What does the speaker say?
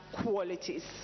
qualities